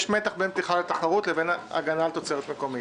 מתח בין פתיחה לתחרות לבין הגנה על תוצרת מקומית.